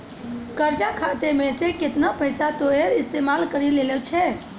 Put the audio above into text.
कर्जा खाता मे से केतना पैसा तोहें इस्तेमाल करि लेलें छैं